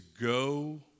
go